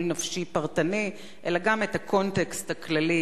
נפשי פרטני אלא גם את הקונטקסט הכללי